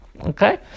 Okay